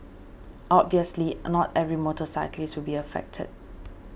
obviously not every motorcyclist will be affected